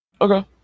okay